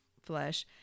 flesh